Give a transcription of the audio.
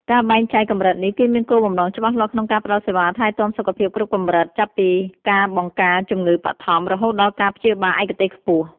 ការបែងចែកកម្រិតនេះគឺមានគោលបំណងច្បាស់លាស់ ក្នុងការផ្តល់សេវាថែទាំសុខភាពគ្រប់កម្រិត ចាប់ពីការបង្ការជំងឺបឋម រហូតដល់ការព្យាបាលឯកទេសខ្ពស់។